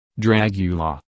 Dragula